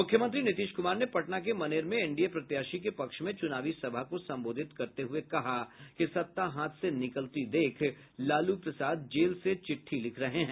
मुख्यमंत्री नीतीश कुमार ने पटना के मनेर में एनडीए प्रत्याशी के पक्ष में चुनावी सभा को संबोधित करते हये कहा कि सत्ता हाथ से निकलती देख लालू प्रसाद जेल से चिट्ठी लिख रहे हैं